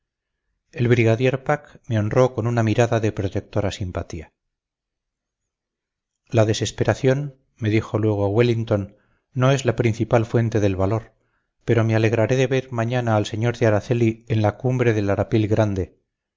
el brigadier pack me honró con una mirada de protectora simpatía la desesperación me dijo luego wellington no es la principal fuente del valor pero me alegaré de ver mañana al señor de araceli en la cumbre del arapil grande